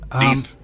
Deep